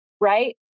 right